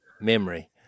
memory